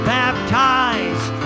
baptized